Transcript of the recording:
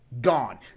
Gone